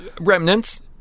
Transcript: Remnants